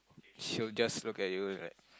should just look at you isn't